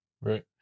Right